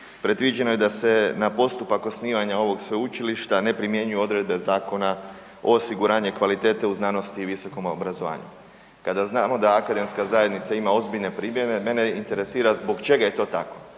predviđeno je da se na postupak osnivanja ovog sveučilišta ne primjenjuju odredbe Zakona o osiguranju kvalitete u znanosti i visokom obrazovanju. Kada znamo da Akademska zajednica ima ozbiljne primjedbe, mene interesira zbog čega je to tako?